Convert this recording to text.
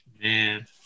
Man